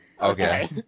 Okay